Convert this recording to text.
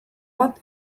bat